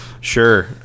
Sure